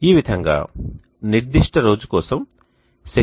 ఈ విధంగా నిర్దిష్ట రోజు కోసం శక్తి